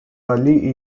early